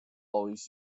always